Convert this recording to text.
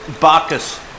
Bacchus